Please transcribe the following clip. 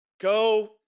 Go